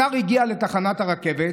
השר הגיע לתחנת הרכבת,